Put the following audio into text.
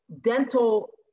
dental